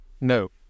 no